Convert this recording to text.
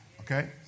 Okay